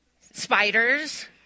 spiders